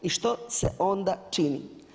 I što se onda čini?